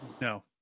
No